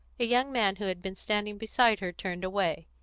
a young man who had been standing beside her turned away.